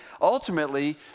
ultimately